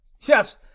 Yes